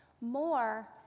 more